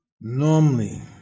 normally